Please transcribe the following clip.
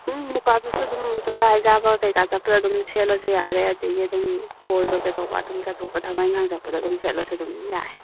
ꯎꯝ ꯃꯨꯒꯥꯁꯨꯠꯁꯨ ꯑꯗꯨꯝ ꯆꯛꯆꯥꯕ ꯍꯩꯖꯥꯕ ꯀꯩꯀꯥ ꯆꯠꯄꯗ ꯑꯗꯨꯝ ꯁꯦꯠꯂꯁꯨ ꯌꯥꯔꯦ ꯑꯗꯨꯗꯒꯤ ꯑꯗꯨꯝ ꯀꯣꯏꯕ ꯀꯩꯗꯧꯕ ꯑꯗꯨꯝ ꯆꯠꯊꯣꯛꯄ ꯊꯕꯛ ꯏꯟꯈꯥꯡ ꯆꯠꯄꯗ ꯑꯗꯨꯝ ꯁꯦꯠꯂꯁꯨ ꯑꯗꯨꯝ ꯌꯥꯏ